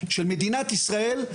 של מדינת ישראל,